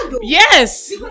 yes